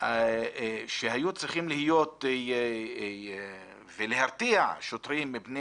שהיו צריכים להיות ולהרתיע שוטרים מפני